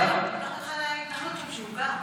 ייקח אותך להתנחלות שם, שבה הוא גר.